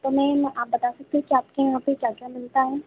तो मेम आप बता सकती हैं कि आपके यहाँ पर क्या क्या मिलता है